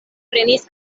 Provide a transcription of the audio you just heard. prenis